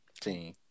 Team